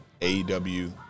AEW